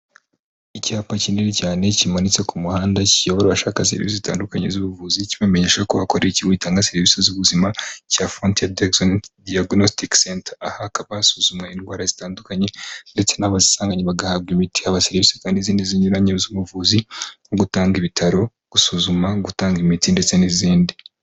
Icyapa kinini cyane kimanitse ku muhanda, kiyobora abashaka serivisi zitandukanye z'ubuvuzi, kibamenyesha ko hakora iki gitanga serivisi z'ubuzima cya frontier diagnestic center. Aha hakaba hasuzumwa indwara zitandukanye ndetse n'abazisanganywe bagahabwa imiti. Haba serivisi kandi zindi zinyuranye z'ubuvuzi, nko gutanga ibitaro, gusuzuma, gutanga imiti ndetse n'izindi.